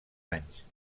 anys